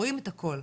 רואים את הכל.